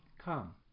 come